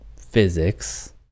physics